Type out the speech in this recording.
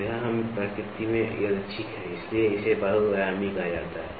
तो यहाँ हम प्रकृति में यादृच्छिक हैं इसलिए इसे बहुआयामी कहा जाता है